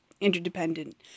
interdependent